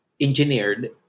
engineered